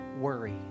worry